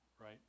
right